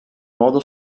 modo